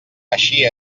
així